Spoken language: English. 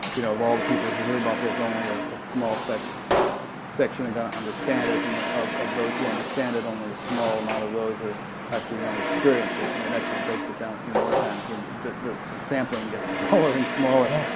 you know of all the people who hear about this, only ah a small section section are going to understand it, and of of those who understand it, only a small amount of those are actually going to experience it. and it actually breaks it down a few more times and the the sampling gets smaller and smaller,